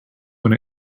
when